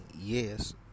Yes